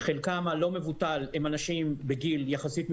חלקם הלא-מבוטל הם אנשים בגיל יחסית מבוגר.